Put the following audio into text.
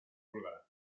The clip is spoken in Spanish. búlgara